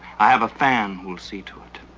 i have a fan who'll see to it.